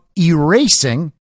erasing